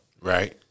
Right